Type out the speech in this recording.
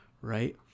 right